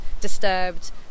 disturbed